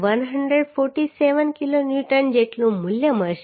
147 kilonewton જેટલું મૂલ્ય મળશે